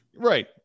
Right